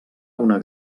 una